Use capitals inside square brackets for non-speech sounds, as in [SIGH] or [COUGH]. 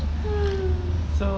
[BREATH]